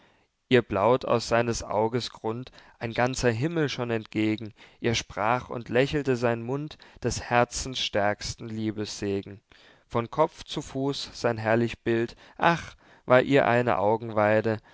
ihr blaut aus seines auges grund ein ganzer himmel schon entgegen ihr sprach und lächelte sein mund des herzens stärksten liebessegen von kopf zu fuß sein herrlich bild ach war ihr eine augenweide